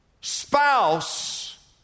spouse